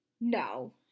No